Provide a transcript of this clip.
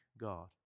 God